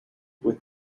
with